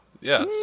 yes